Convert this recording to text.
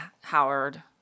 Howard